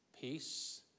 peace